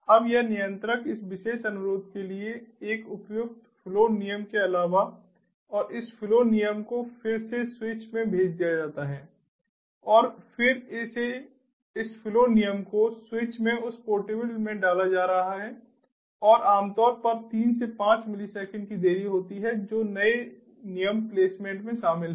अब यह नियंत्रक इस विशेष अनुरोध के लिए एक उपयुक्त फ्लो नियम के अलावा और इस फ्लो नियम को फिर से स्विच में भेज दिया गया है और फिर इस फ्लो नियम को स्विच में उस पोर्टेबल में डाला जा रहा है और आमतौर पर 3 से 5 मिलीसेकंड की देरी होती है जो नए नियम प्लेसमेंट में शामिल है